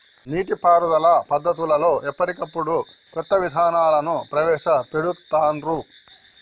నీటి పారుదల పద్దతులలో ఎప్పటికప్పుడు కొత్త విధానాలను ప్రవేశ పెడుతాన్రు